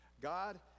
God